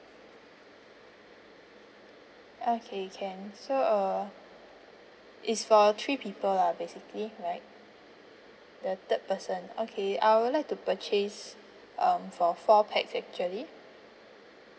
okay can so uh it's for three people lah basically right the third person okay I will like to purchase um for four pax actually